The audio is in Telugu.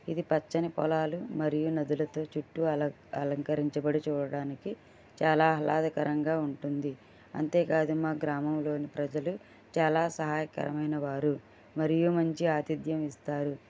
ఇది పచ్చని పొలాలు మరియు నదులతో చుట్టు అలం అలంకరించబడి చూడడానికి చాలా ఆహ్లాదకరంగా ఉంటుంది అంతేకాదు మా గ్రామంలోని ప్రజలు చాలా సహాయకరమయినవారు మరియు మంచి ఆతిథ్యం ఇస్తారు